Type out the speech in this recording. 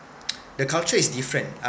the culture is different